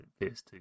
PS2